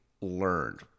learned